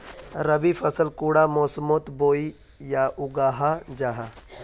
रवि फसल कुंडा मोसमोत बोई या उगाहा जाहा?